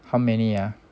how many ah